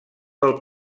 del